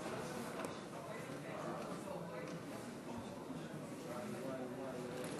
כבוד היושב-ראש, אולי אנחנו, אולי הבית הזה,